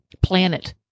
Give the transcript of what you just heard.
planet